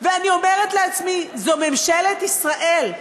ואני אומרת לעצמי: זו ממשלת ישראל.